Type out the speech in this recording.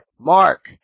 Mark